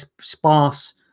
sparse